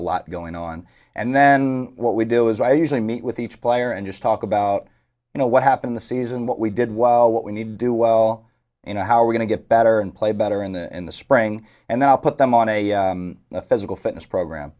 a lot going on and then what we do is i usually meet with each player and just talk about you know what happened the season what we did well what we need to do well you know how we're going to get better and play better in the in the spring and then i'll put them on a physical fitness program